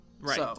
Right